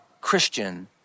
Christian